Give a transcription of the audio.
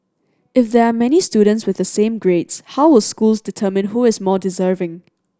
if there are many students with the same grades how will schools determine who is more deserving